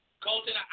Colton